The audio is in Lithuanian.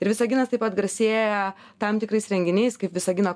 ir visaginas taip pat garsėja tam tikrais renginiais kaip visagino